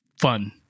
fun